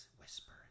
whisper